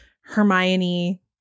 Hermione